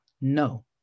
no